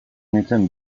nintzen